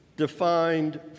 defined